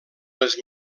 les